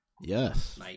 Yes